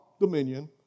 dominion